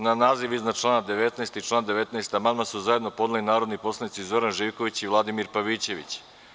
Na naziv iznad člana 19. i član 19. amandman su zajedno podneli narodni poslanici Zoran Živković i Vladimir Pavićević.